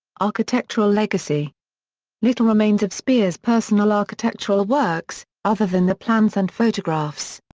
architectural legacy little remains of speer's personal architectural works, other than the plans and photographs.